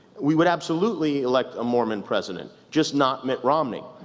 we would absolutely elect a mormon president. just not mitt romney.